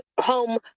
home